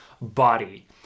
body